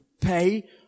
pay